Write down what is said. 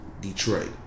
Detroit